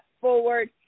forward